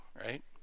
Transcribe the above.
right